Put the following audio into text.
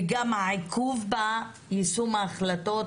וגם העיכוב ביישום ההחלטות